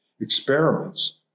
experiments